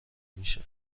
میشه